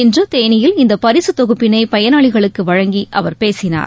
இன்று தேனியில் இந்த பரிசுத் தொகுப்பினை பயனாளிகளுக்கு வழங்கி அவர் பேசினார்